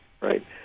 right